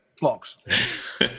blocks